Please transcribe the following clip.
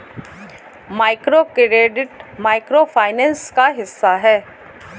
microcredit micro finance का हिस्सा है